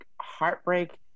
heartbreak